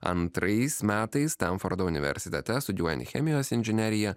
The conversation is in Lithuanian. antrais metais stenfordo universitete studijuojant chemijos inžineriją